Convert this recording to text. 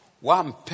one